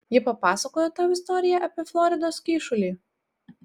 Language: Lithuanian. ji papasakojo tau istoriją apie floridos kyšulį